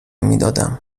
میدادم